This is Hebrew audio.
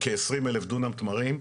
כעשרים אלף דונם תמרים,